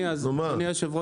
נו, מה?